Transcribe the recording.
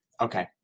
Okay